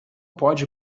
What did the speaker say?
pode